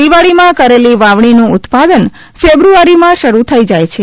દિવાળીમાં કરેલી વાવણીનું ઉત્પાદન ફેબ્રુઆરીમાં શરૂ થઇ જાય છે